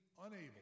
unable